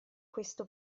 questo